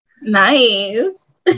Nice